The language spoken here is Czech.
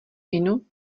inu